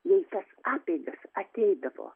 jie į tas apeigas ateidavo